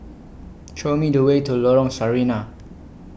Show Me The Way to Lorong Sarina